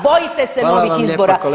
Bojite se novih izbora.